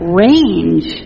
range